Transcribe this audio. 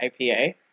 IPA